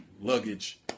luggage